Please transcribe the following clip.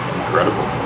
incredible